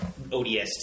ODST